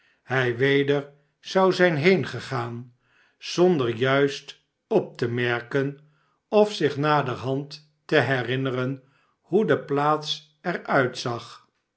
hij weder zou zijn heengegaan zonder juist op te merken of zich naderhand te herinneren hoe de plaats er uitzag